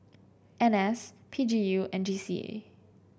N S P G U and G C A